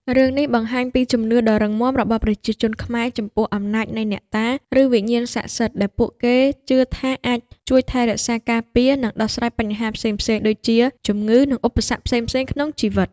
រឿងនេះបង្ហាញពីជំនឿដ៏រឹងមាំរបស់ប្រជាជនខ្មែរចំពោះអំណាចនៃអ្នកតា ឬវិញ្ញាណស័ក្តិសិទ្ធិ ដែលពួកគេជឿថាអាចជួយថែរក្សា ការពារ និងដោះស្រាយបញ្ហាផ្សេងៗ ដូចជាជំងឺ និងឧបសគ្គផ្សេងៗក្នុងជីវិត ។